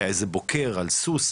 היה איזה בוקר על סוס,